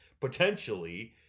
potentially